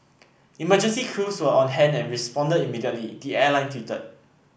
emergency crews were on hand and responded immediately the airline tweeted